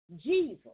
Jesus